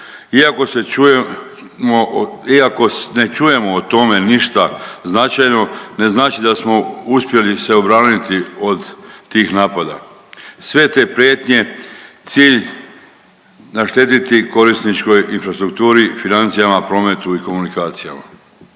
Iako ne čujemo o tome ništa značajno, ne znači da smo uspjeli se obraniti od tih napada. Sve te prijetnje, cilj naštetiti korisničkoj infrastrukturi, financijama, prometu i komunikacijama.